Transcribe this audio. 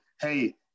hey